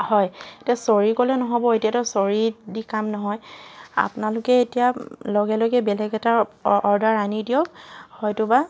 হয় এতিয়া চৰি ক'লে নহ'ব এতিয়াোত চৰি দি কাম নহয় আপোনালোকে এতিয়া লগে লগে বেলেগ এটা অৰ্ডাৰ আনি দিয়ক হয়তো বা